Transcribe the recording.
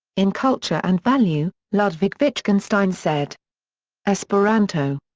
in culture and value, ludwig wittgenstein said esperanto.